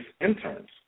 interns